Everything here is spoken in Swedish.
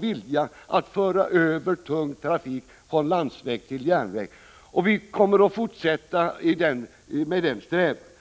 vilja att föra över tung trafik från landsväg till järnväg. Vi kommer att fortsätta med denna strävan.